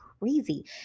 crazy